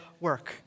work